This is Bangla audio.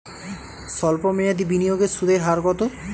সল্প মেয়াদি বিনিয়োগের সুদের হার কত?